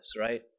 right